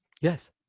Yes